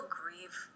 grieve